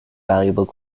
valuable